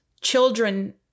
children